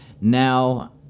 now